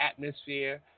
atmosphere